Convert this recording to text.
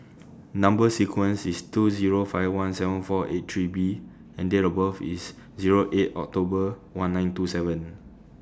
Number sequence IS two Zero five one seven four eight three B and Date of birth IS Zero eight October one nine two seven